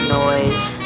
noise